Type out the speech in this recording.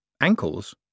Ankles